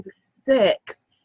six